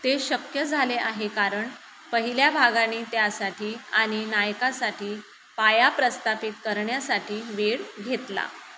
ते शक्य झाले आहे कारण पहिल्या भागानी त्यासाठी आणि नायकासाठी पाया प्रस्थापित करण्यासाठी वेळ घेतला